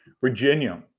Virginia